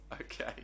okay